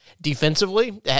defensively